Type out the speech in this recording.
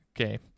okay